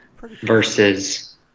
versus